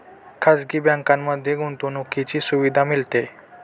खाजगी बँकांमध्ये गुंतवणुकीची सुविधा मिळते